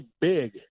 big